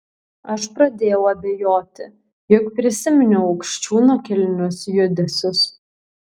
aš pradėjau abejoti juk prisiminiau aukščiūno kilnius judesius